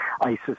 ISIS